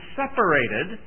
separated